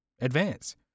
advance